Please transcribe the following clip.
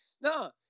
No